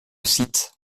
site